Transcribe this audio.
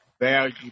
value